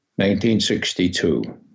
1962